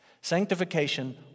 Sanctification